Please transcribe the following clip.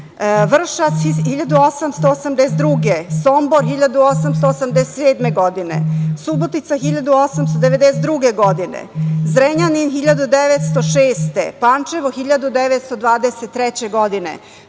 Vršac 1882. godine, Sombor 1887. godine, Subotica 1892. godine, Zrenjanin 1906. godine, Pančevo 1923.